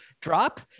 drop